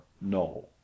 no